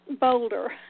boulder